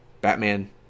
batman